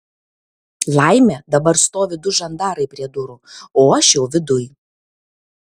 laimė dabar stovi du žandarai prie durų o aš jau viduj